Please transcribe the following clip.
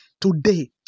today